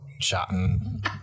chatting